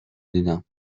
دیدم